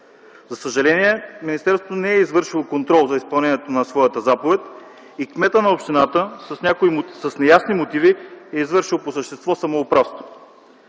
За съжаление, министерството не е извършило контрол за изпълнението на своята заповед и кметът на общината с неясни мотиви е извършил по същество самоуправство.